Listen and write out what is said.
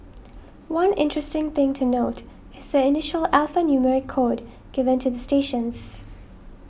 one interesting thing to note is the initial alphanumeric code given to the stations